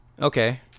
okay